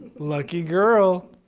lucky girl.